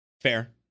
fair